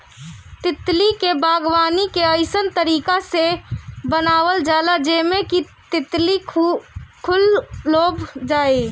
तितली के बागवानी के अइसन तरीका से बनावल जाला जेमें कि तितली कुल लोभा जाये